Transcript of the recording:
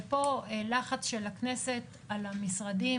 ופה לחץ של הכנסת על המשרדים,